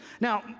Now